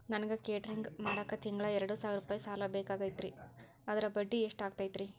ನನಗ ಕೇಟರಿಂಗ್ ಮಾಡಾಕ್ ತಿಂಗಳಾ ಎರಡು ಸಾವಿರ ರೂಪಾಯಿ ಸಾಲ ಬೇಕಾಗೈತರಿ ಅದರ ಬಡ್ಡಿ ಎಷ್ಟ ಆಗತೈತ್ರಿ?